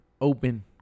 open